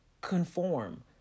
conform